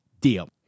Deal